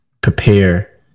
prepare